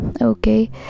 Okay